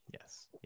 yes